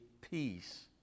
peace